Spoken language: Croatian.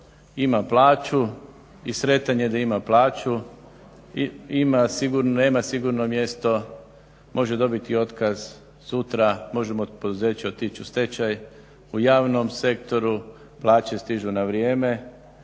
ima plaću i sretan je da ima plaću. Nema sigurno mjesto može dobiti otkaz sutra, može mu poduzeće otići u stečaj. U javnom sektoru plaće stižu na vrijeme,